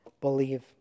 believe